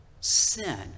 sin